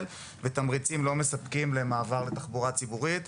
ותמריצים לא מספקים למעבר לתחבורה ציבורית,